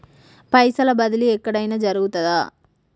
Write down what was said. పైసల బదిలీ ఎక్కడయిన జరుగుతదా?